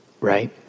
Right